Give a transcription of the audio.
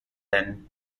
than